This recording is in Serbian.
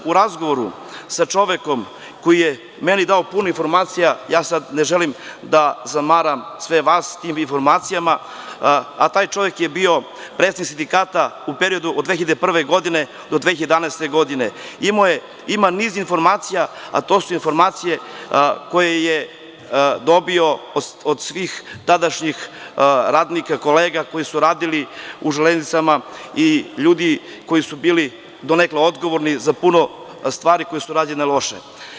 U razgovoru sa čovekom koji je meni dao puno informacija, ne želim da zamaram sve vas tim informacijama, a taj čovek je bio predsednik sindikata u periodu od 2001. do 2011. godine, ima niz informacija, a to su informacije koje je dobio od svih tadašnjih radnika, kolega koji su radili u „Železnicama“ i ljudi koji su bili donekle odgovorni za puno stvari koje su rađene loše.